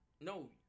no